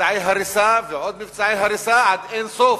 מבצעי הריסה ועוד מבצעי הריסה, עד אין סוף.